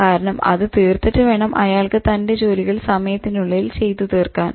കാരണം അത് തീർത്തിട്ടു വേണം അയാൾക്ക് തന്റെ ജോലികൾ സമയത്തിനുള്ളിൽ ചെയ്ത് തീർക്കാൻ